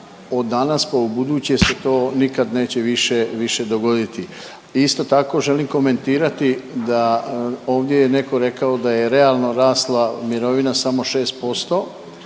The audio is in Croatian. od danas pa u buduće se to nikad neće više, više dogoditi. I isto tako želim komentirati da ovdje je netko rekao da je realno rasla mirovina samo 6%,